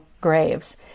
graves